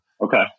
Okay